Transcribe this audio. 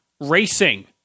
racing